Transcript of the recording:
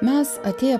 mes atėję